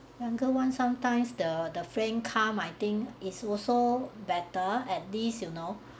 younger one sometimes the the friend come I think it's also better at least you know